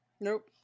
Nope